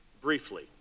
briefly